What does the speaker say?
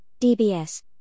DBS